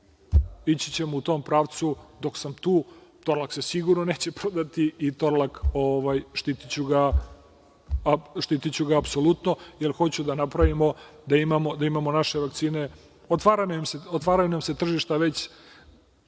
ići ćemo u tom pravcu dok smo tu, Torlak se sigurno neće prodati i štitiću ga apsolutno, jer hoću da napravimo da imamo naše vakcine. Otvaraju nam se tržišta,